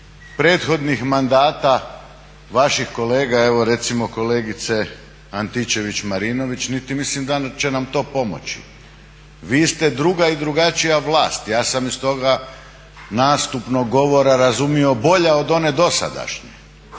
prethodnih mandata vaših kolega, evo recimo kolegice Antičević-Marinović niti mislim da će nam to pomoći. vi ste druga i drugačija vlast, ja sam iz toga nastupnog govora razumio bolja od one dosadašnje.